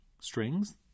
strings